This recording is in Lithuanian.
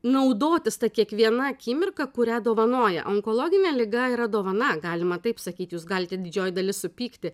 naudotis ta kiekviena akimirka kurią dovanoja onkologinė liga yra dovana galima taip sakyt jūs galite didžioji dalis supykti